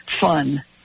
fun